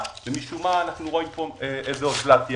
משום מה אנחנו רואים כאן אוזלת יד.